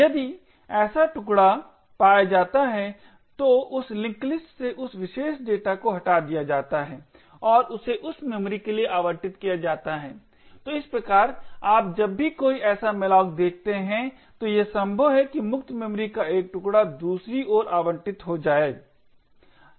यदि ऐसा टुकड़ा पाया जाता है तो उस लिंक लिस्ट से उस विशेष डेटा को हटा दिया जाता है और उसे उस मेमोरी के लिए आवंटित किया जाता है तो इस प्रकार आप जब भी कोई ऐसा malloc देखते हैं तो यह संभव है कि मुक्त मेमोरी का एक टुकड़ा दूसरी ओर आवंटित हो जाए